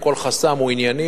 כל חסם הוא ענייני,